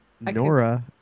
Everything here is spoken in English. Nora